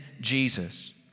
Jesus